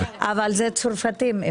אבל זה צרפתים.